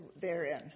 therein